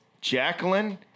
Jacqueline